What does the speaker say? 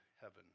heaven